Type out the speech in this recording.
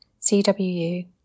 CWU